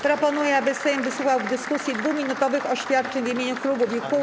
Proponuję, aby Sejm wysłuchał w dyskusji 2-minutowych oświadczeń w imieniu klubów i kół.